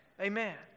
Amen